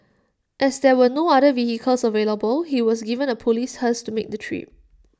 as there were no other vehicles available he was given A Police hearse to make the trip